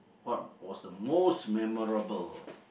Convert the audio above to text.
what was the most memorable